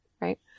right